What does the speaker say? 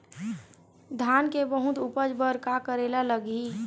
धान के बहुत उपज बर का करेला लगही?